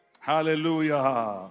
Hallelujah